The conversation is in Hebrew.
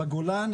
בגולן,